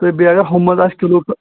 تہٕ بیٚیہِ اگر ہُمہِ منٛز آسہِ کِلوٗ تہٕ